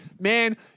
Man